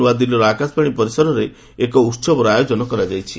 ନୂଆଦିଲ୍ଲୀର ଆକାଶବାଣୀ ପରିସରରେ ଏକ ଉତ୍ସବର ଆୟୋଜନ କରାଯାଇଛି